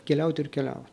keliaut ir keliaut